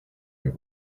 your